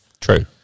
True